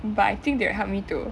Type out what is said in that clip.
but I think they will help me to